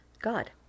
God